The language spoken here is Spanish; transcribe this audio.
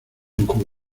enjugó